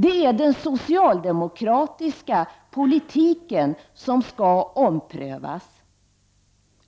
Det är den socialdemokratiska politiken som skall omprövas.